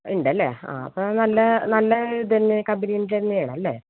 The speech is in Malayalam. ഉണ്ടല്ലേ ആ അപ്പം നല്ല നല്ല ഇതുതന്നെ കബരീൻ്റെ തന്നെയാണല്ലേ